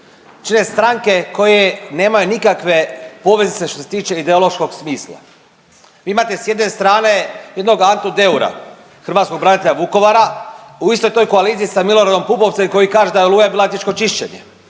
čine stranke koje nemaju nikakve poveznice što se tiče ideološkog smisla. Vi imate s jedne strane jednog Antu Deura, hrvatskog branitelja Vukovara u istoj toj koaliciji sa Miloradom Pupovcem koji kaže da je Oluja bila etničko čišćenje.